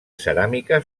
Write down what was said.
ceràmica